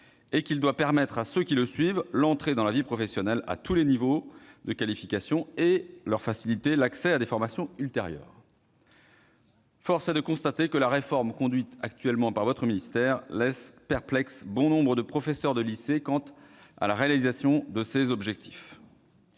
et qu'il « doit permettre à ceux qui le suivent l'entrée dans la vie professionnelle à tous les niveaux de qualification et leur faciliter l'accès à des formations ultérieures ». Force est de constater que la réforme conduite actuellement par votre ministère laisse perplexes bon nombre de professeurs de lycée quant à la réalisation de ces objectifs.